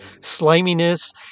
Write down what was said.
sliminess